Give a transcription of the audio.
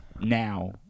now